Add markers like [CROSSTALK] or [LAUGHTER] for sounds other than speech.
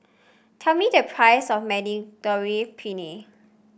tell me the price of [UNINTELLIGIBLE] Penne